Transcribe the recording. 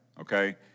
okay